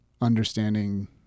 understanding